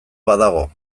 badago